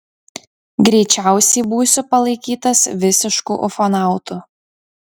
greičiausiai būsiu palaikytas visišku ufonautu